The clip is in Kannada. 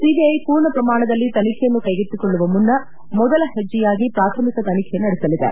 ಸಿಬಿಐ ಪೂರ್ಣ ಪ್ರಮಾಣದಲ್ಲಿ ತನಿಬೆಯನ್ನು ಕೈಗೆತ್ತಿಕೊಳ್ಳುವ ಮುನ್ನ ಮೊದಲ ಹೆಜ್ಜೆಯಾಗಿ ಪ್ರಾಥಮಿಕ ತನಿಖೆ ನಡೆಸಲಿದೆ